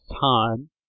time